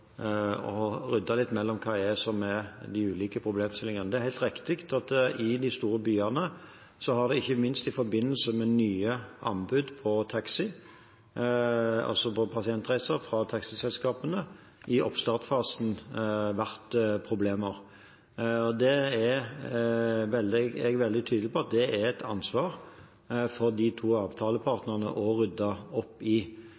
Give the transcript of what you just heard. rydde litt mellom hva som er de ulike problemstillingene. Det er helt riktig at i de store byene har det, ikke minst i forbindelse med nye anbud på pasientreiser fra taxiselskapene, vært problemer i oppstartsfasen. Jeg er veldig tydelig på at det er det et ansvar for de to avtalepartene å rydde opp i.